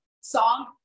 song